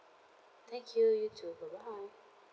thank you you too bye bye